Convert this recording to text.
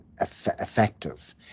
effective